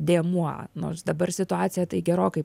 dėmuo nors dabar situacija tai gerokai